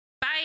Bye